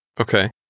Okay